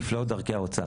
נפלאות דרכי האוצר.